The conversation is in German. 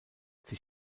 sie